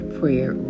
prayer